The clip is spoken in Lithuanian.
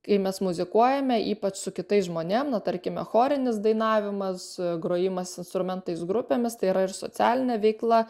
kai mes muzikuojame ypač su kitais žmonėm na tarkime chorinis dainavimas grojimas instrumentais grupėmis tai yra ir socialinė veikla